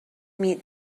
meet